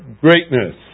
greatness